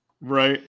Right